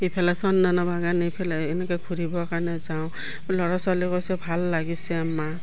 ইফালে চন্দনা বাগান ইফালে এনেকৈ ঘূৰিবৰ কাৰণে যাওঁ ল'ৰা ছোৱালী কৈছে ভাল লাগিছে মা